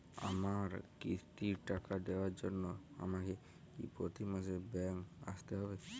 আমার কিস্তির টাকা দেওয়ার জন্য আমাকে কি প্রতি মাসে ব্যাংক আসতে হব?